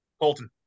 Colton